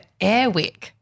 Airwick